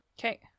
Okay